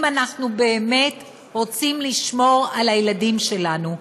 אם אנחנו באמת רוצים לשמור על הילדים שלנו.